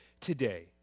today